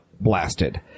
blasted